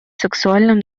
сексуальным